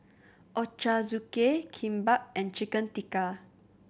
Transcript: Ochazuke Kimbap and Chicken Tikka